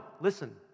listen